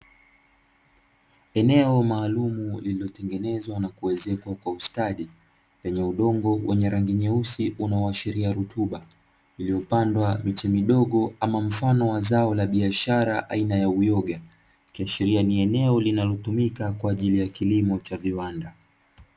Eneo maalumu lilotengenezwa na kuezekwa kwa ustadi, lenye udongo wenye rangi nyeusi unaoashiria rutuba, lililopandwa miche midogo ama mfano wa zao la biashara aina ya uyoga ikiashiria ni eneo linalotumika kwa ajili ya kilimo cha viwanda.